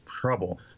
trouble